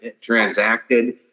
transacted